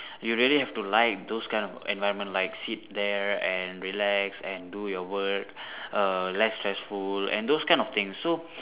you really have to like those kind of environment like sit there and relax and do your work err less stressful and those kind of things so